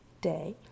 day